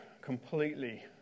completely